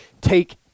take